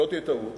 שלא תהיה טעות,